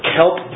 help